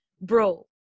bro